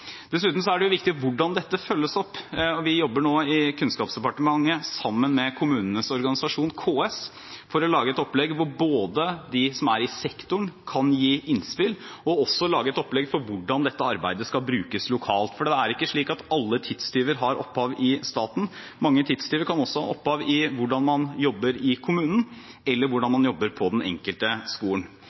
Dessuten er det jo viktig hvordan dette følges opp. Vi jobber nå i Kunnskapsdepartementet sammen med kommunenes organisasjon, KS, for å lage et opplegg hvor de som er i sektoren, kan gi innspill og lage et opplegg for hvordan dette arbeidet skal brukes lokalt. For det er ikke slik at alle tidstyver har opphav i staten. Mange tidstyver kan også ha opphav i hvordan man jobber i kommunen, eller hvordan man jobber på den enkelte skolen.